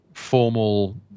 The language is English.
formal